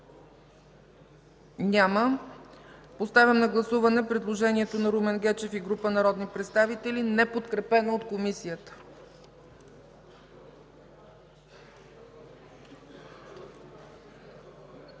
Няма. Поставям на гласуване предложението на Румен Гечев и група народни представители, неподкрепено от Комисията.